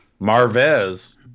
Marvez